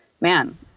man